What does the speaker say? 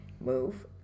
move